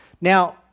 Now